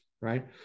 Right